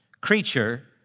Creature